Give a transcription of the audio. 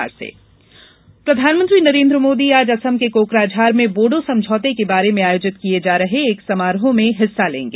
मोदी असम प्रधानमंत्री नरेन्द्र मोदी आज असम के कोकराझार में बोडो समझौते के बारे में आयोजित किए जा रहे एक समारोह में हिस्सा लेंगे